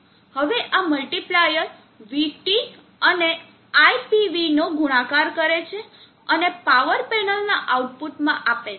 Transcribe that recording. હવે આ multiplier vT અને iPV નો ગુણાકાર કરે છે અને પાવર પેનલના આઉટપુટમાં આપે છે